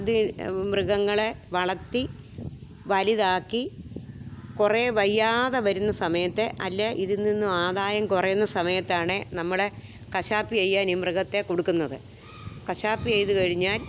അത് മൃഗങ്ങളെ വളർത്തി വലുതാക്കി കുറേ വയ്യാതെ വരുന്ന സമയത്ത് അല്ലേ ഇതിൽ നിന്നും ആദായം കുറയുന്ന സമയത്താണ് നമ്മൾ കശാപ്പ് ചെയ്യാൻ ഈ മൃഗത്തെ കൊടുക്കുന്നത് കശാപ്പ് ചെയ്തു കഴിഞ്ഞാൽ